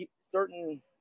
certain